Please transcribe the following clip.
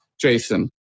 Jason